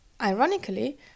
ironically